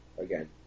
again